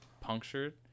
punctured